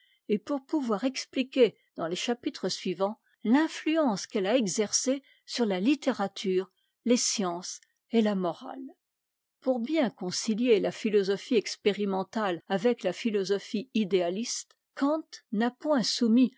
et pour pouvoir expliquer dans les chapitres suivants l'influence qu'elle a exercée sur la littérature les sciences et la morale pour bien concilier la philosophie expérimentale avec la philosophie idéaliste kant n'a point soumis